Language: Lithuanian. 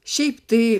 šiaip tai